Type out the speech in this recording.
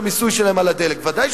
את המיסוי שלהן על הדלק.